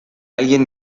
alguien